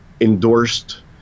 endorsed